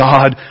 God